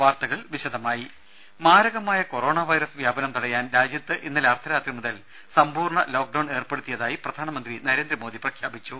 വാർത്തകൾ വിശദമായി മാരകമായ കൊറോണ വൈറസ് വ്യാപനം തടയാൻ രാജ്യത്ത് ഇന്നലെ അർദ്ധരാത്രി മുതൽ സമ്പൂർണ്ണ ലോക്ഡൌൺ ഏർപ്പെടുത്തിയതായി പ്രധാനമന്ത്രി നരേന്ദ്രമോദി പ്രഖ്യാപിച്ചു